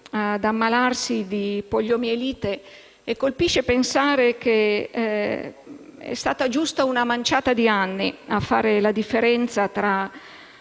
a ammalarsi di poliomielite, e colpisce pensare che sia stata solo una manciata di anni a fare la differenza tra